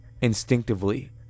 Instinctively